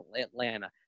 Atlanta